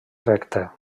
recta